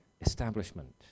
establishment